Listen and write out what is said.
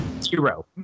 Zero